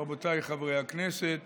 רבותיי חברי הכנסת,